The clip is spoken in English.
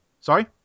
Sorry